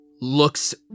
looks